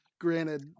granted